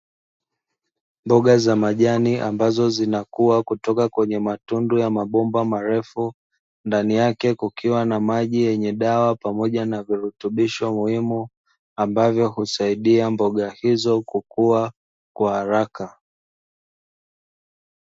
Mboga za majani ambazo zinakuwa kutoka kwenye matundu ya mabomba marefu, ndani yake kukiwa na maji yenye dawa pamoja na virutubisho muhimu ambavyo husaidia mboga hizo kukuwa kwa haraka.